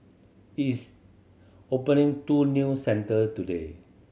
is opening two new centres today